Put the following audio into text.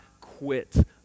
quit